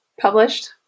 published